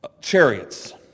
chariots